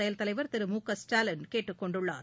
செயல்தலைவர் திரு மு க ஸ்டாலின் கேட்டுக்கொண்டுள்ளார்